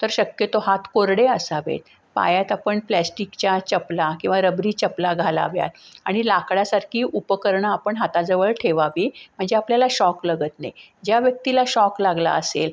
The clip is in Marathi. तर शक्यतो हात कोरडे असावेत पायात आपण प्लॅस्टिकच्या चपला किंवा रबरी चपला घालाव्यात आणि लाकडासारखी उपकरणं आपण हाताजवळ ठेवावी म्हणजे आपल्याला शॉक लागत नाही ज्या व्यक्तीला शॉक लागला असेल